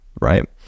right